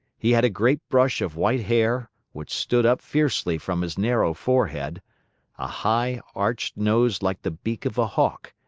he had a great brush of white hair, which stood up fiercely from his narrow forehead a high, arched nose like the beak of a hawk,